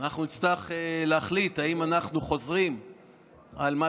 נצטרך להחליט אם אנחנו חוזרים על מה